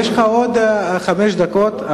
יש לך עוד חמש דקות.